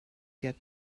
get